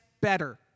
better